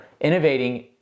Innovating